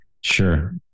Sure